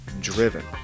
driven